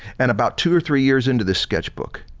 and about two or three years into this sketchbook,